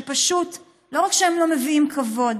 שפשוט לא רק שהם לא מביאים כבוד,